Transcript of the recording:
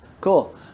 Cool